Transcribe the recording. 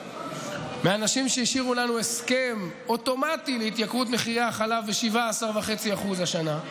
מהאנשים שהשאירו לנו הסכם אוטומטי להתייקרות מחירי החלב ל-17.5% השנה,